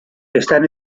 están